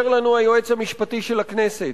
אומר לנו היועץ המשפטי של הכנסת: